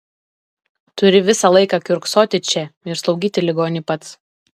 turi visą laiką kiurksoti čia ir slaugyti ligonį pats